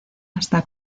hasta